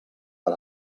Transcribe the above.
per